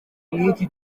nk’iki